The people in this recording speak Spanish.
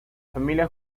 familia